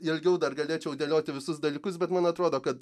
ilgiau dar galėčiau dėlioti visus dalykus bet man atrodo kad